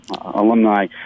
alumni